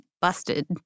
busted